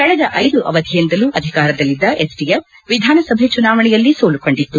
ಕಳೆದ ಐದು ಅವಧಿಯಿಂದಲೂ ಅಧಿಕಾರದಲ್ಲಿದ್ದ ಎಸ್ಡಿಎಫ್ ವಿಧಾನಸಭೆ ಚುನಾವಣೆಯಲ್ಲಿ ಸೋಲು ಕಂಡಿತ್ತು